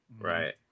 Right